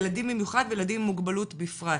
ילדים במיוחד וילדים עם מוגבלות בפרט.